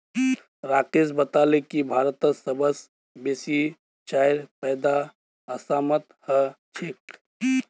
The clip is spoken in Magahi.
राकेश बताले की भारतत सबस बेसी चाईर पैदा असामत ह छेक